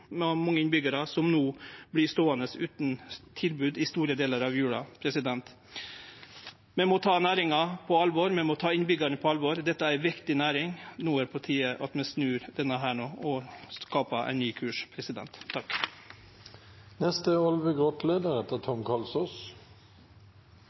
mange innbyggjarar som no vert ståande utan tilbod i store delar av jula. Vi må ta næringa på alvor. Vi må ta innbyggjarane på alvor. Dette er ei viktig næring. No er det på tide at vi snur det og skapar ein ny kurs.